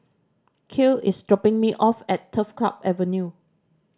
Kiel is dropping me off at Turf Club Avenue